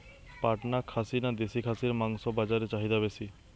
পাটনা খাসি না দেশী খাসির মাংস বাজারে চাহিদা বেশি?